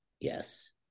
Yes